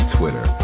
Twitter